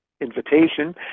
invitation